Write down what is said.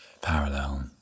parallel